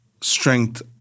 strength